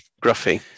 gruffy